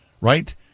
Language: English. right